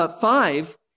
five